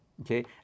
Okay